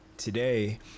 today